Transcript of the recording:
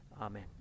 Amen